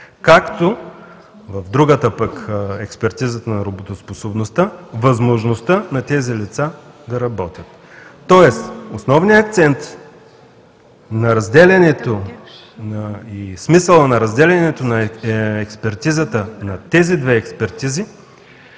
както в другата пък – експертизата на работоспособността, възможността на тези лица да работят. Тоест, основният акцент на смисъла на разделянето на експертизата на тези две експертизи